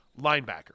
linebacker